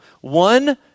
one